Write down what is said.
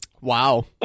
Wow